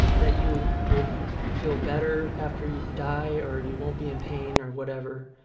that you will feel better after you die or you won't be in pain or whatever.